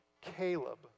Caleb